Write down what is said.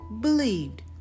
believed